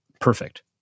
perfect